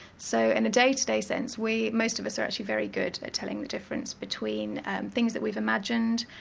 so in a day-to-day sense we, most of us, are actually very good at telling the difference between things that we've imagined,